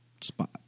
spot